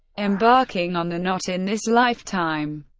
embarking on the not in this lifetime.